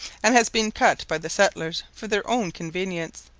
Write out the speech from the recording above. and has been cut by the settlers for their own convenience,